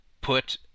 put